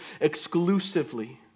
exclusively